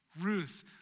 Ruth